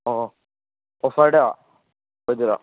ꯑꯣ ꯑꯣꯐꯔꯗ ꯑꯣꯏꯗꯣꯏꯔꯣ